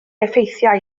effeithiau